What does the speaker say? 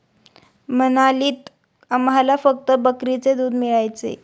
मनालीत आम्हाला फक्त बकरीचे दूध मिळायचे